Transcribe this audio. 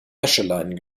wäscheleinen